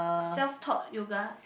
self taught yoga